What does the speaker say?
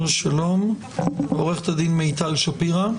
עורכת הדין מיטל שפירא,